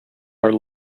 are